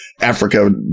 africa